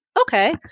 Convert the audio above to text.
Okay